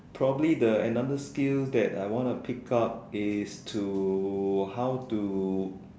probably the another skill that I want to pick up is to how to